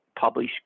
publish